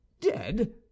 Dead